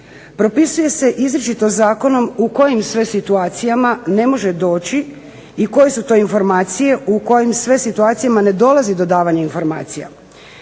Propisuje se izričito zakonom u kojim sve situacijama ne može doći i koje su to informacije u kojim sve situacijama ne dolazi do davanja informacija.